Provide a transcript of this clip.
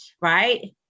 right